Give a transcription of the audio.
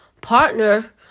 partner